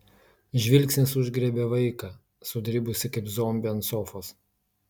žvilgsnis užgriebė vaiką sudribusį kaip zombį ant sofos